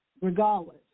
regardless